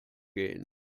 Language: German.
gehen